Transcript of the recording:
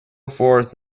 forth